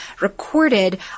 recorded